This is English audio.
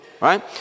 Right